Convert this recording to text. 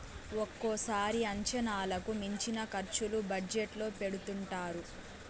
ఒక్కోసారి అంచనాలకు మించిన ఖర్చులు బడ్జెట్ లో పెడుతుంటారు